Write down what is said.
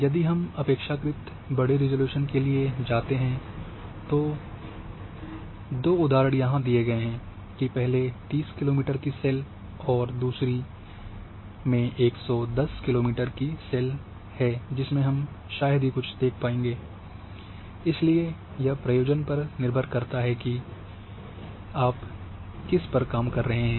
यदि हम अपेक्षाकृत बड़े रिज़ॉल्यूशन के लिए जाते हैं तो दो उदाहरण यहां दिए गए हैं कि पहले 30 किलोमीटर की सेल और दूसरे में 110 किलोमीटर की सेल जिसमें हम शायद ही कुछ देख सकते हैं इसलिए यह प्रयोजन पर निर्भर करता है जिस पर आप काम कर रहे है